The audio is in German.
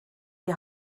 die